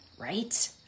right